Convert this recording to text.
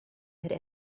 had